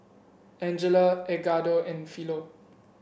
Angela Edgardo and Philo